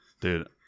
dude